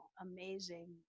amazing